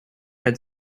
had